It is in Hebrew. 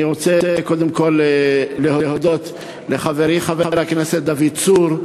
אני רוצה קודם כול להודות לחברי חבר הכנסת דוד צור,